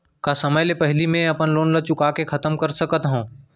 का समय ले पहिली में अपन लोन ला चुका के खतम कर सकत हव?